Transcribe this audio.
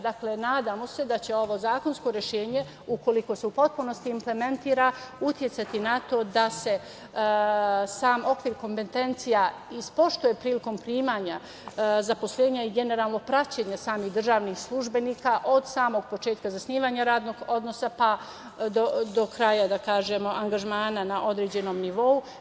Dakle, nadamo se da će ovo zakonsko rešenje, ukoliko se u potpunosti implementira, uticati na to da se sam okvir kompetencija ispoštuje prilikom primanja zaposlenja i generalno praćenje samih državnih službenika od samog početka zasnivanja radnog odnosa, pa do kraja angažmana na određenom nivou.